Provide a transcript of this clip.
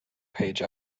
page